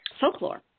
folklore